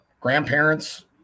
grandparents